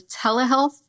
telehealth